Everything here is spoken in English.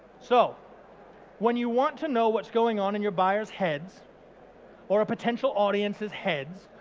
so when you want to know what's going on in your buyers heads or a potential audiences heads,